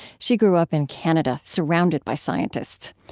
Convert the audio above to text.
she grew up in canada surrounded by scientists.